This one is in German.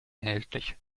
erhältlich